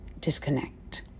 disconnect